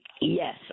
Yes